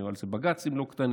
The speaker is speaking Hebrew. היו על זה בג"צים לא קטנים.